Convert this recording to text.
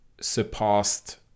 surpassed